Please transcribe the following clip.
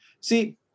See